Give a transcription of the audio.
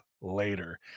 later